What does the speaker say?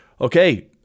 Okay